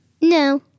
No